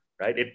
Right